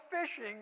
fishing